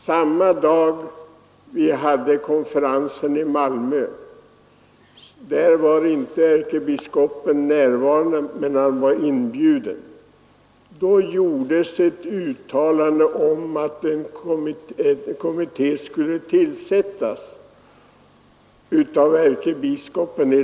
Samma dag vi hade konferensen i Malmö — ärkebiskopen var inte närvarande men han var inbjuden — gjordes ett uttalande om att en kommitté skulle tillsättas av ärkebiskopen.